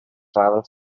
travel